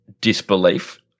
disbelief